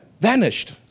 Vanished